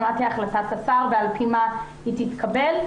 מה תהיה החלטת השר ועל-פי מה היא תתקבל.